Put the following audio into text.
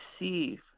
receive